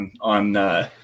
on